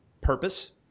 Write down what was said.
Purpose